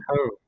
home